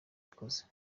yakoze